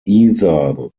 either